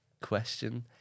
question